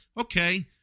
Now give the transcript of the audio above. okay